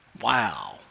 wow